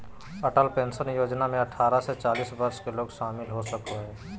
Atal pension Yojana में अठारह से चालीस वर्ष के लोग शामिल हो सको हइ